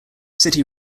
city